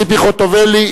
ציפי חוטובלי,